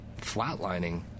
flatlining